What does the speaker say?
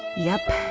yep